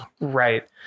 Right